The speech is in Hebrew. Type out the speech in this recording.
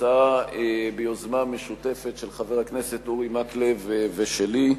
הצעה ביוזמה משותפת של חבר הכנסת אורי מקלב ושלי.